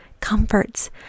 comforts